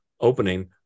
opening